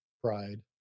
pride